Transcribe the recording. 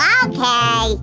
okay